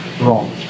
wrong